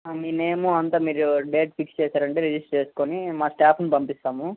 మీ నేము అంతా మీరు డేట్ ఫిక్స్ చేశారంటే రిజిస్టర్ చేసుకోని మా స్ట్యాఫుని పంపిస్తాము